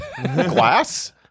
Glass